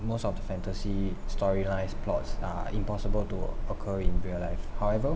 most of the fantasy story lines plots are impossible to occur in real life however